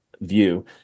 view